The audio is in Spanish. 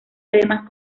además